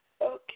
Okay